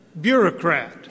bureaucrat